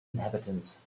inhabitants